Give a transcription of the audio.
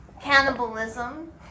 Cannibalism